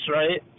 right